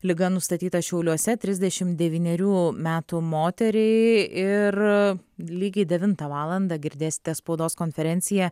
liga nustatyta šiauliuose trisdešimt devynerių metų moteriai ir lygiai devintą valandą girdėsite spaudos konferenciją